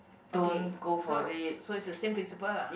okay so so it's the same principle lah